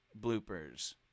bloopers